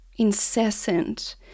incessant